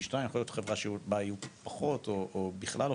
שניים או חברה שבה יהיו פחות או בכלל לא.